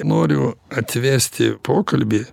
noriu atvesti pokalbį